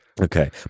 Okay